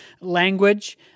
language